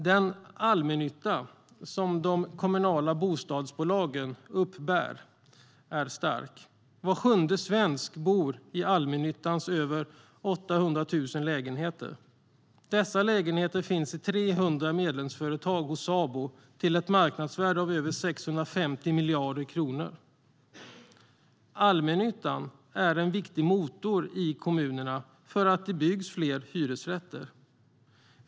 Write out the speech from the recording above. Den allmännytta som de kommunala bostadsbolagen uppbär är stark. Var sjunde svensk bor i allmännyttans över 800 000 lägenheter. Dessa lägenheter finns i 300 medlemsföretag hos Sabo till ett marknadsvärde av över 650 miljarder kronor. Allmännyttan är en viktig motor i kommunerna för att det byggs fler hyresrätter.